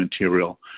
material